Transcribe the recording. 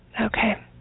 Okay